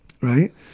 Right